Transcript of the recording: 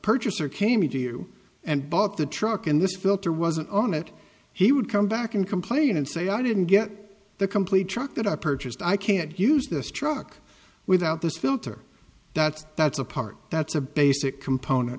purchaser came to you and bought the truck and this filter wasn't on it he would come back and complain and say i didn't get the complete truck that i purchased i can't use this truck without this filter that's that's a part that's a basic component